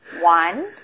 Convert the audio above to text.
One